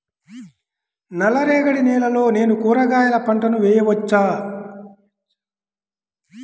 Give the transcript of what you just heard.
నల్ల రేగడి నేలలో నేను కూరగాయల పంటను వేయచ్చా?